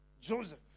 Joseph